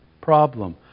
problem